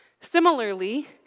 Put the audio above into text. Similarly